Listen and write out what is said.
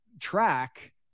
track